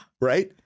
Right